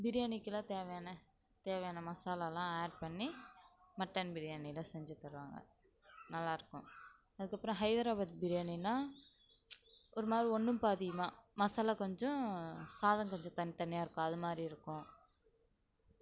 பிரியாணிக்கெல்லாம் தேவையான தேவையான மசாலாவெலாம் ஆட் பண்ணி மட்டன் பிரியாணியில் செஞ்சு தருவாங்க நல்லாயிருக்கும் அதுக்கப்புறம் ஹைதராபாத் பிரியாணின்னா ஒருமாதிரி ஒன்றும் பாதியுமாக மசாலா கொஞ்சம் சாதம் கொஞ்சம் தனித்தனியாக இருக்கும் அது மாதிரி இருக்கும்